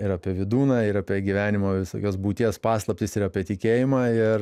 ir apie vydūną ir apie gyvenimo visokios būties paslaptis ir apie tikėjimą ir